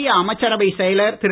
மத்திய அமைச்சரவை செயலர் திரு